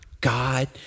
God